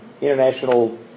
international